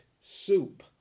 soup